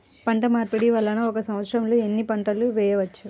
పంటమార్పిడి వలన ఒక్క సంవత్సరంలో ఎన్ని పంటలు వేయవచ్చు?